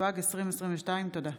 התשפ"ג 2022. תודה.